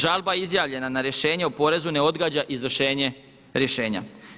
Žalba izjavljena na rješenje o porezu ne odgađa izvršenje rješenja.